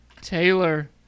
Taylor